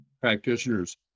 practitioners